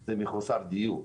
זה מחוסר דיור.